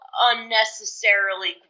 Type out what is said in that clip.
unnecessarily